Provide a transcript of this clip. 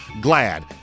glad